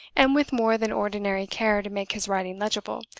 and with more than ordinary care to make his writing legible,